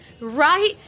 Right